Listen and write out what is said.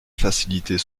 faciliter